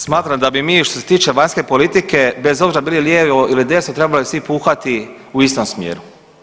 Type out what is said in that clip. Smatram da bi mi što se tiče vanjske politike bez obzira bili lijevo ili desno trebali svi puhati u istom smjeru.